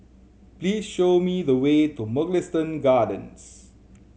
please show me the way to Mugliston Gardens